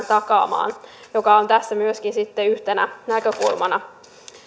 takaamaan mikä on tässä myöskin sitten yhtenä näkökulmana